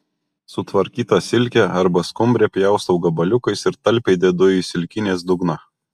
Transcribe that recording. sutvarkytą silkę arba skumbrę pjaustau gabaliukais ir talpiai dedu į silkinės dugną